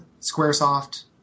Squaresoft